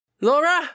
Laura